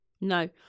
No